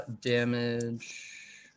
damage